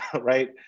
Right